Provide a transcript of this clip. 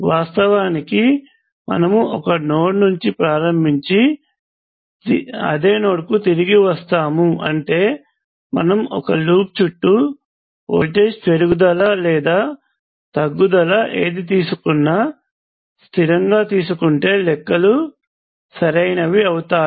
వాస్తవానికి మనము ఒక నోడ్ నుండి ప్రారంభించి అదే నోడ్కు తిరిగి వస్తాము అంటే మనము ఒక లూప్ చుట్టూ వోల్టేజ్ పెరుగుదల లేదా తగ్గుదల ఏది తీసుకున్నా స్థిరంగా తీసుకుంటే లెక్కలు సరైనవి అవుతాయి